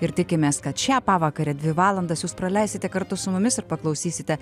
ir tikimės kad šią pavakarę dvi valandas jūs praleisite kartu su mumis ir paklausysite